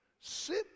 sit